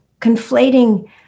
conflating